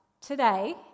today